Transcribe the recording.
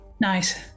Nice